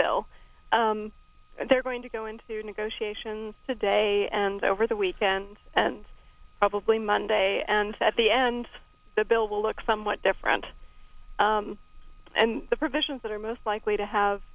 bill and they're going to go into negotiations today and over the weekend and probably monday and at the end of the bill will look somewhat different and the provisions that are most likely to